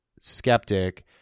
skeptic